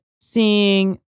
seeing